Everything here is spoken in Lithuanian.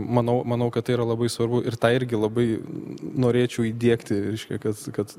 manau manau kad yra labai svarbu ir tą irgi labai norėčiau įdiegti reiškia kad kad